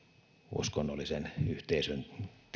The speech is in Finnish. uskonnollisen yhteisön